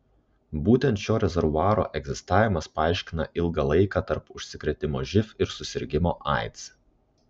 būtent šio rezervuaro egzistavimas paaiškina ilgą laiką tarp užsikrėtimo živ ir susirgimo aids